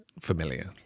familiar